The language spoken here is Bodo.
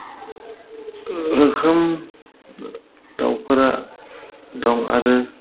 रोखोम दाउफोरा दं आरो